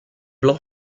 blanc